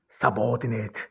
subordinate